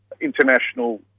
international